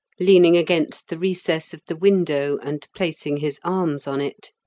leaning against the recess of the window, and placing his arms on it.